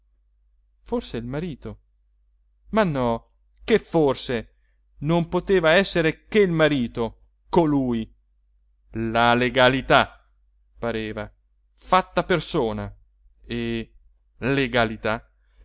forse il marito ma no che forse non poteva essere che il marito colui la legalità pareva fatta persona e legalità